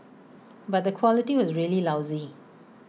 but the quality was really lousy